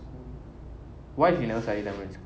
why she never say study tamil in school